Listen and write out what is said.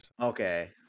okay